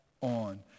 on